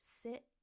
sit